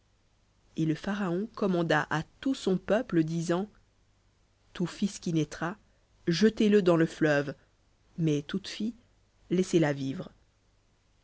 et le pharaon commanda à tout son peuple disant tout fils qui naîtra jetez le dans le fleuve mais toute fille laissez-la vivre